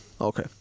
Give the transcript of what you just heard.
Okay